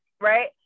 right